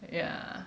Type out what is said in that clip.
yeah